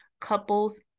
couples